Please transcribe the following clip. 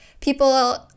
people